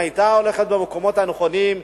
אם היתה הולכת למקומות הנכונים,